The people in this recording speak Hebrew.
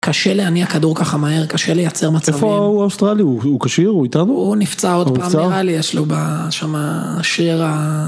קשה להניע כדור ככה מהר, קשה לייצר מצבים. איפה ההוא האוסטרלי? הוא כשיר? הוא איתנו? הוא נפצע עוד פעם, נראה לי יש לו ב.. שמה.. שריר ה..